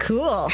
Cool